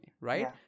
right